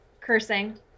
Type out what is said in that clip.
Cursing